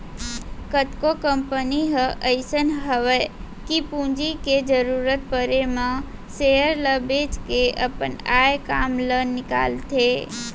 कतको कंपनी ह अइसन हवय कि पूंजी के जरूरत परे म सेयर ल बेंच के अपन आय काम ल निकालथे